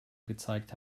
gezeigt